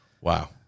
Wow